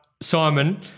Simon